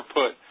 put